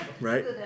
Right